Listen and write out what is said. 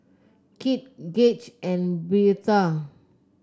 Kit Gauge and Birtha